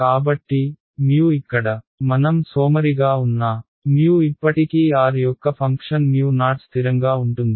కాబట్టి ఇక్కడ మనం సోమరిగా ఉన్నా ఇప్పటికీ r యొక్క ఫంక్షన్ o స్థిరంగా ఉంటుంది